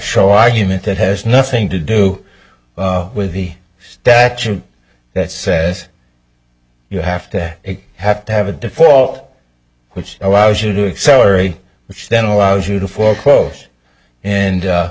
show argument that has nothing to do with the statute that says you have to have to have a default which allows you to accelerate which then allows you to foreclose and